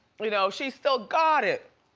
but you know she's still got it.